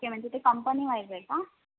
okay म्हणजे ते companywise का